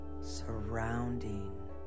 surrounding